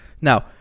Now